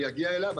אני אגיע אליו,